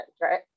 right